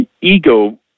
ego